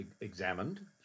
examined